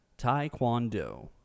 Taekwondo